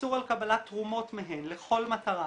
איסור על קבלת תרומות מהן לכל מטרה,